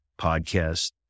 podcast